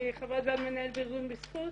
אני חברת ועד מנהל בארגון בזכות